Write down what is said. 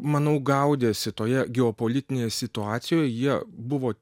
manau gaudėsi toje geopolitinėje situacijoje jie buvo